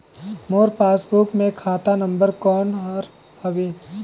मोर passbook मे खाता number कोन हर हवे?